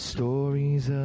Stories